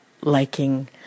liking